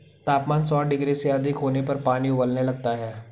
तापमान सौ डिग्री से अधिक होने पर पानी उबलने लगता है